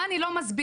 מה אני לא מסבירה,